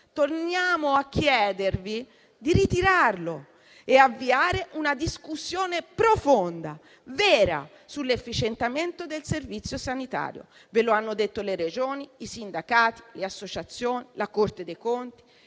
Torniamo a chiedervi di ritirarlo e avviare una discussione profonda e vera sull'efficientamento del Servizio sanitario: ve lo hanno detto le Regioni, i sindacati, le associazioni, la Corte dei conti